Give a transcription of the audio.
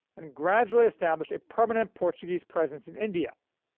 and gradually established a permanent portuguese presence in india,